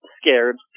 scared